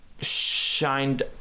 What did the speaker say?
shined